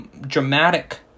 dramatic